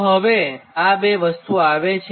તો હવે આ બે વસ્તુ આવે છે